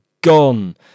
gone